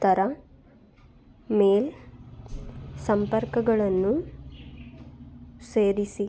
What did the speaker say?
ಉತ್ತರ ಮೇಲ್ ಸಂಪರ್ಕಗಳನ್ನು ಸೇರಿಸಿ